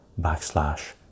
backslash